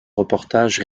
reportages